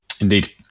indeed